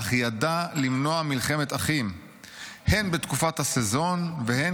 אך ידע למנוע מלחמת אחים הן בתקופת הסזון והן